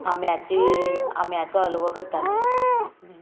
आंब्याची आंब्याचो हालवो करतालीं